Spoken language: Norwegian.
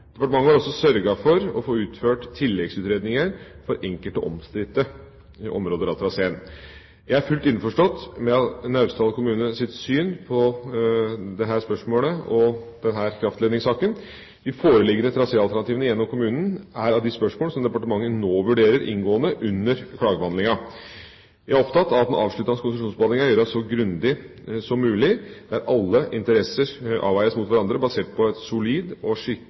Departementet har også sørget for å få utført tilleggsutredninger for enkelte omstridte områder av traseen. Jeg er fullt ut innforstått med Naustdal kommunes syn på dette spørsmålet når det gjelder denne kraftledningssaken. De foreliggende traséalternativene gjennom kommunen er av de spørsmål som departementet nå vurderer inngående under klagebehandlinga. Jeg er opptatt av at den avsluttende konsesjonsbehandlinga gjøres så grundig som mulig, der alle interesser avveies mot hverandre basert på et solid og